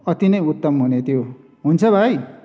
अति नै उत्तम हुने थियो हुन्छ भाइ